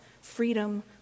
freedom